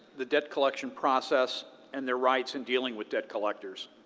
the debt collection process, and their rights in dealing with debt collectors?